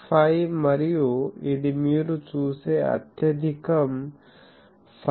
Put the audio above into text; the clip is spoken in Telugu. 5 మరియు ఇది మీరు చూసే అత్యధికం 5